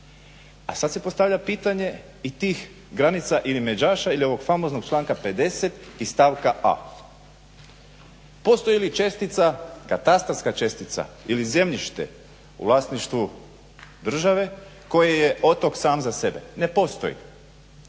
A sad se postavlja i pitanje i tih granica ili međaša ili ovog famoznog članka 50. i stavka a postoji li čestica, katastarska čestica ili zemljište u vlasništvu države koje je otok sam za sebe. Ne postoji.